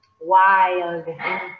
wild